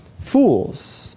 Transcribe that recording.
fools